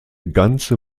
ganze